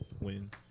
wins